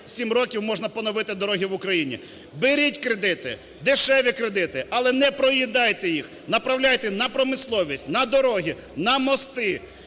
5-7 років можна поновити дороги в Україні. Беріть кредити, дешеві кредити, але не проїдайте їх, направляйте на промисловість на дороги, на мости.